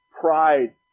pride